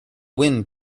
wind